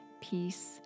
peace